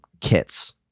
kits